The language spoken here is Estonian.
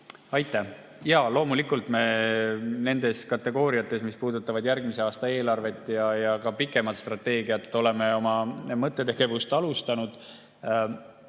Aitäh! Jaa, loomulikult me nendes kategooriates, mis puudutavad järgmise aasta eelarvet ja ka pikemat strateegiat, oleme oma mõttetegevust alustanud.